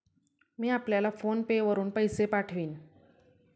मी आपल्याला फोन पे वरुन पैसे पाठवीन